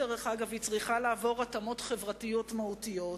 דרך אגב, היא צריכה לעבור התאמות חברתיות מהותיות.